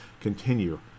continue